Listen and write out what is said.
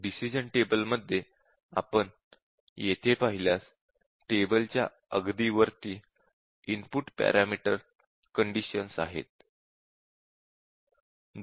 decision table मध्ये आपण येथे पाहिल्यास टेबलच्या अगदी वरती इनपुट पॅरामीटर कंडिशन्स आहेत